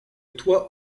toit